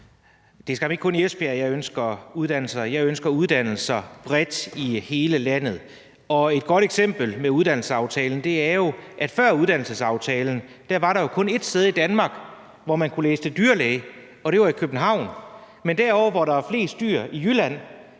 at jeg ønsker uddannelser. Jeg ønsker uddannelser bredt i hele landet. Et godt eksempel med uddannelsesaftalen er jo, at der før uddannelsesaftalen jo kun var ét sted i Danmark, hvor man kunne læse til dyrlæge, og det var i København. Men derovre, hvor der er flest dyr, altså i Jylland,